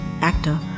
actor